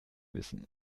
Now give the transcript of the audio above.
wissen